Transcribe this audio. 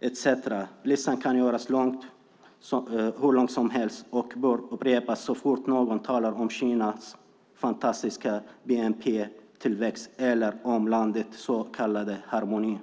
etcetera. Listan kan göras hur lång som helst och bör upprepas så fort någon talar om Kinas fantastiska bnp-tillväxt eller om landets så kallade harmoni.